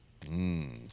Mmm